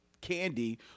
Candy